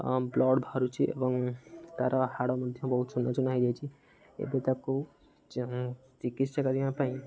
blood ବାହାରୁଛି ଏବଂ ତା'ର ହାଡ଼ ମଧ୍ୟ ବହୁତ ଚୂନା ଚୁନା ହୋଇଯାଇଛି ଏବେ ତାକୁ ଚିକିତ୍ସା କରିବା ପାଇଁ